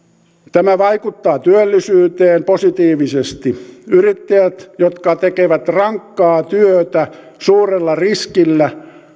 tämä vaikuttaa työllisyyteen positiivisesti yrittäjät jotka tekevät rankkaa työtä suurella riskillä